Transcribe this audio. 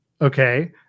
okay